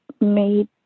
made